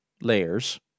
layers